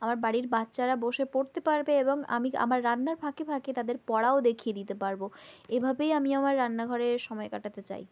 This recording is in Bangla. আমার বাড়ির বাচ্চারা বসে পড়তে পারবে এবং আমি আমার রান্নার ফাঁকে ফাঁকে তাদের পড়াও দেখিয়ে দিতে পারব এভাবেই আমি আমার রান্নাঘরে সময় কাটাতে চাই